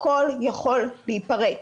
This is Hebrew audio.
הכול יכול להיפרץ.